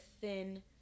thin